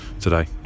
today